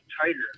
tighter